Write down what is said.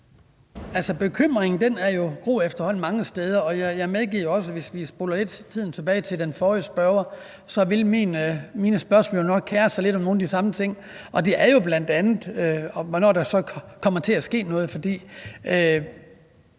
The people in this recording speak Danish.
Bekymringen er jo efterhånden groet mange steder, og jeg medgiver også, at hvis vi spoler tiden lidt tilbage til den forrige spørger, vil vi se, at mine spørgsmål nok vil kere sig lidt om nogle af de samme ting. Det er jo bl.a., hvornår der så kommer til at ske noget.